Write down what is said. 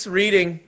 reading